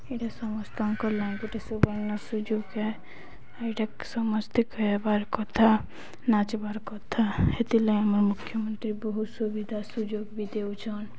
ଇଟା ସମସ୍ତଙ୍କର୍ ଲାଗି ଗୁଟେ ସୁବର୍ଣ୍ଣ ସୁଯୋଗ୍ ଇଟା ସମସ୍ତେ ଗାଏବାର୍ କଥା ନାଚ୍ବାର୍ କଥା ହେଥିର୍ ଲାଗି ଆମର୍ ମୁଖ୍ୟମନ୍ତ୍ରୀ ବହୁତ୍ ସୁବିଧା ସୁଯୋଗ୍ ବି ଦେଉଛନ୍